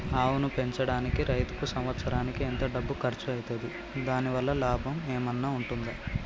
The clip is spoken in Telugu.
ఆవును పెంచడానికి రైతుకు సంవత్సరానికి ఎంత డబ్బు ఖర్చు అయితది? దాని వల్ల లాభం ఏమన్నా ఉంటుందా?